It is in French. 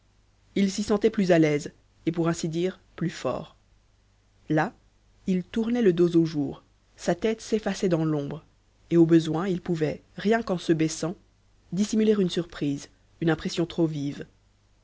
il s'y sentait plus à l'aise et pour ainsi dire plus fort là il tournait le dos au jour sa tête s'effaçait dans l'ombre et au besoin il pouvait rien qu'en se baissant dissimuler une surprise une impression trop vive